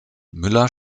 müller